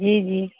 जी जी